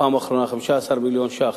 בפעם האחרונה 15 מיליון שקל,